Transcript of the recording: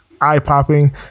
eye-popping